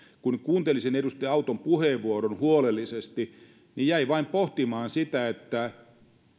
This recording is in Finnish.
kun kuuntelin sen edustaja auton puheenvuoron huolellisesti niin jäin vain pohtimaan sitä että